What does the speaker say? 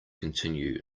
continue